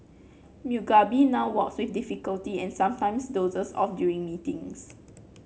Mugabe now walks with difficulty and sometimes dozes off during meetings